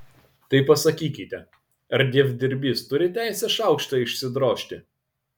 tai pasakykite ar dievdirbys turi teisę šaukštą išsidrožti